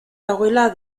dagoela